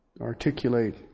articulate